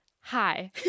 Hi